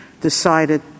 decided